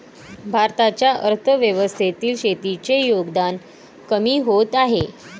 भारताच्या अर्थव्यवस्थेतील शेतीचे योगदान कमी होत आहे